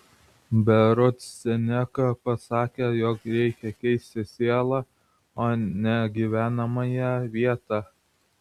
berods seneka pasakė jog reikia keisti sielą o ne gyvenamąją vietą